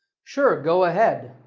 sure, go ahead.